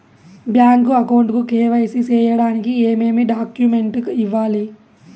Bank account కు KYC సేయడానికి ఏమేమి డాక్యుమెంట్ ఇవ్వాలి?